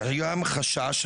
קיים חשש,